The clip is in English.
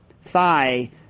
thigh